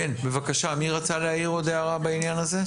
בבקשה, מי רצה להעיר עוד הערה בעניין הזה?